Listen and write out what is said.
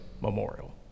Memorial